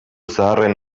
zaharren